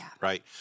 right